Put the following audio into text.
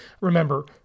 Remember